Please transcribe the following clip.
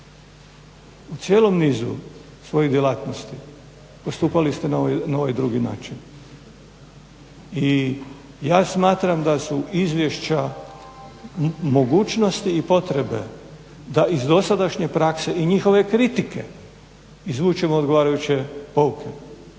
U cijelom nizu svojih djelatnosti postupali ste na ovaj drugi način. I ja smatram da su izvješća mogućnosti i potrebe da iz dosadašnje prakse i njihove kritike izvučemo odgovarajuće pouke.